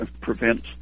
prevents